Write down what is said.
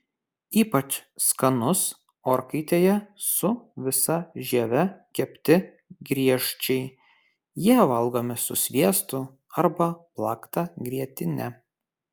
ypač skanus orkaitėje su visa žieve kepti griežčiai jie valgomi su sviestu arba plakta grietine